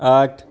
आठ